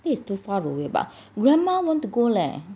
that is too far away but grandma want to go leh